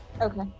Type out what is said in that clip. Okay